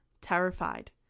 terrified